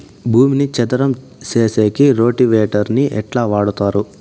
భూమిని చదరం సేసేకి రోటివేటర్ ని ఎట్లా వాడుతారు?